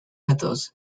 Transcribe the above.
metals